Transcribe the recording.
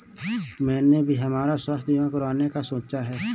मैंने भी हमारा स्वास्थ्य बीमा कराने का सोचा है